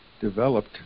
developed